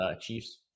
Chiefs